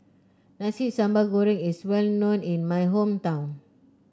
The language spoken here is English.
Nasi Sambal Goreng is well known in my hometown